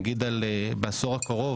נגיד בעשור הקרוב,